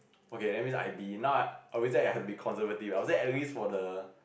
okay that means I be now I would say I would have to be conservative I would say at least for the